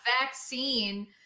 vaccine